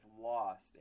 lost